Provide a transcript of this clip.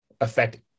affect